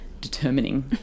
Determining